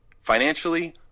Financially